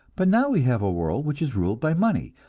but now we have a world which is ruled by money,